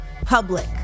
public